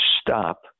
stop